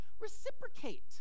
reciprocate